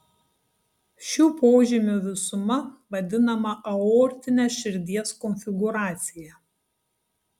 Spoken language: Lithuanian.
šių požymių visuma vadinama aortine širdies konfigūracija